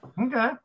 Okay